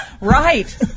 right